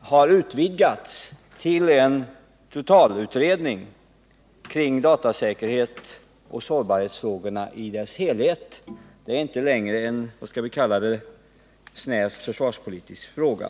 har utvidgats till en totalutredning kring datasäkerhetsoch sårbarhetsfrågorna i sin helhet. Det är inte längre en snävt försvarspolitisk fråga.